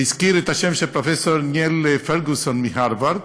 והזכיר את השם של פרופסור ניל פרגוסון מהרווארד